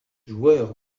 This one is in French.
jouèrent